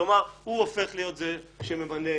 יש משנים - יש דיאלוג שלם שמתקיים.